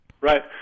Right